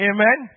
Amen